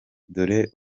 dore